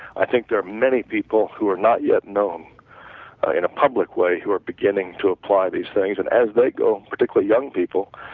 i think they're many people who're not yet known in a public way, who're beginning to apply these things and as they go, particularly young people,